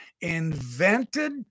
invented